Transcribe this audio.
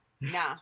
Nah